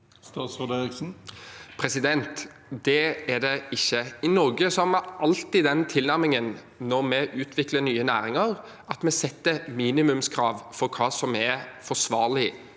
Det er det ikke. I Norge har vi alltid den tilnærmingen når vi utvikler nye næringer, at vi setter minimumskrav for hva som er forsvarlig